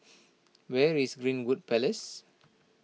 where is Greenwood Place